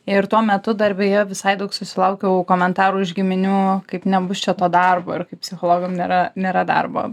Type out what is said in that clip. ir tuo metu dar beje visai daug susilaukiau komentarų iš giminių kaip nebus čia to darbo ir kaip psichologam nėra nėra darbo